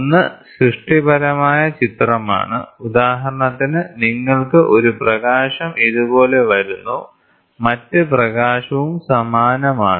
ഒന്ന് സൃഷ്ടിപരമായ ചിത്രമാണ് ഉദാഹരണത്തിന് നിങ്ങൾക്ക് ഒരു പ്രകാശം ഇതുപോലെ വരുന്നു മറ്റ് പ്രകാശവും സമാനമാണ്